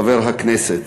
חבר הכנסת,